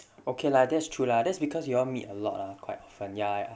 okay lah that's true lah that's because you all meet a lot lah quite fun ya ya